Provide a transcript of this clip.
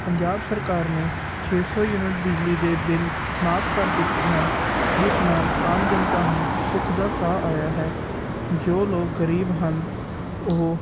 ਪੰਜਾਬ ਸਰਕਾਰ ਨੇ ਛੇ ਸੌ ਯੂਨਿਟ ਬਿਜਲੀ ਦੇ ਬਿੱਲ ਮਾਫ ਕਰ ਦਿੱਤੇ ਹਨ ਜਿਸ ਨਾਲ ਆਮ ਜਨਤਾ ਨੂੰ ਸੁੱਖ ਦਾ ਸਾਹ ਆਇਆ ਹੈ ਜੋ ਲੋਕ ਗਰੀਬ ਹਨ ਉਹ